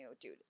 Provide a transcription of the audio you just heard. dude